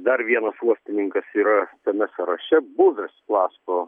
dar vienas uostininkas yra tame sąraše buvęs glazko